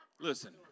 Listen